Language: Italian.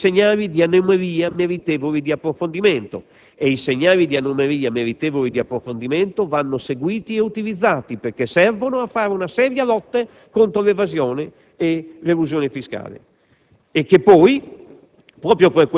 nel protocollo del 14 dicembre - cioè di segnali di anomalia meritevoli di approfondimento; i segnali di anomalia meritevoli di approfondimento vanno seguiti e ottimizzati, perché servono a fare una seria lotta contro l'evasione e l'elusione fiscale.